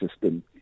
system